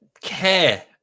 care